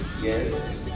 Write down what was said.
yes